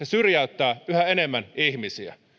syrjäyttää yhä enemmän ihmisiä